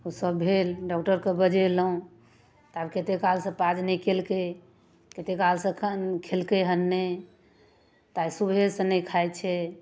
ओ सब भेल डॉक्टरके बजेलहुँ तऽ आब कते कालसँ पाज नहि कयलकै कते कालसँ खेलकै हन नहि तऽ आइ सुबहेसँ नहि खाइ छै